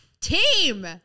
Team